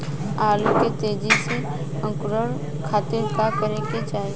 आलू के तेजी से अंकूरण खातीर का करे के चाही?